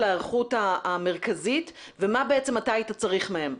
ההיערכות המרכזית ומה בעצם אתה צריך מהם.